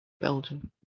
Belgium